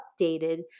updated